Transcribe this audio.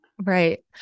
Right